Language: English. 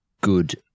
good